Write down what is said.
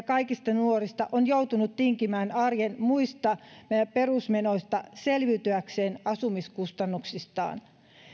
kaikista nuorista on joutunut tinkimään arjen muista perusmenoista selviytyäkseen asumiskustannuksistaan